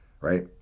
right